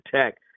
Tech